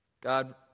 God